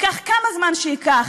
ייקח כמה זמן שייקח,